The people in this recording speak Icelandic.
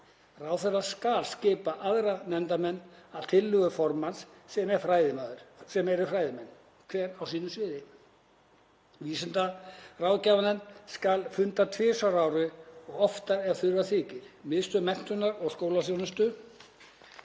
Ráðherra skal skipa aðra nefndarmenn, að tillögu formanns, sem eru fræðimenn, hver á sínu sviði. Vísindaráðgjafarnefnd skal funda tvisvar á ári og oftar ef þurfa þykir.